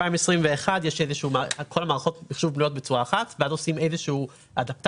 ב-2021 כל מערכות המחשוב בנויות בצורה אחת ואז עושים איזה שהיא אדפטציה,